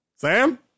Sam